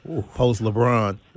post-LeBron